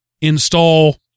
install